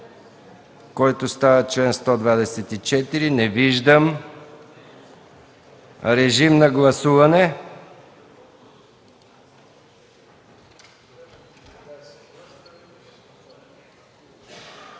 който става чл. 124? Не виждам. Режим на гласуване.